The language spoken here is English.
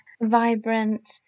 vibrant